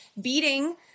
beating